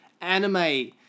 anime